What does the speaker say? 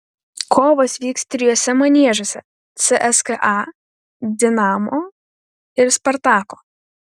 kovos vyks trijuose maniežuose cska dinamo ir spartako